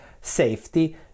safety